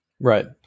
Right